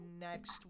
next